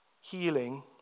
healing